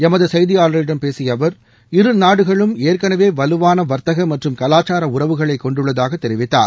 எமது செய்தியாளரிடம் பேசிய அவர் இரு நாடுகளும் ஏற்கெனவே வலுவான வர்த்தக மற்றும் கலாச்சார உறவுகளை கொண்டுள்ளதாக தெரிவித்தார்